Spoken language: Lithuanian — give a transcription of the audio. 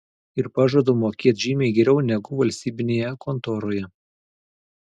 ir pažadu mokėt žymiai geriau negu valstybinėje kontoroje